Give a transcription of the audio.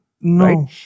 No